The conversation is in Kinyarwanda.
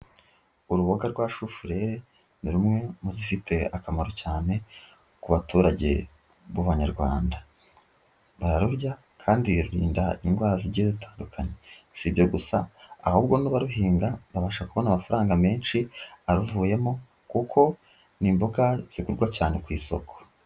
uruboga rwa shufureri ni rumwe mu zifite akamaro cyane ku baturage b'Abanyarwanda, bararurya kandi rurinda indwara zigira zitandukanye, si ibyo gusa ahubwo n'abaruhinga babasha kubona amafaranga menshi aruvuyemo kuko ni imboga zigurwa cyane ku isoko.